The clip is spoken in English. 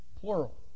Plural